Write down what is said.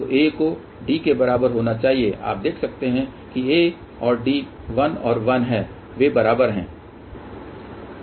तो A को D के बराबर होना चाहिए आप देख सकते हैं कि A और D 1 और 1 हैं वे बराबर हैं